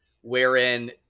wherein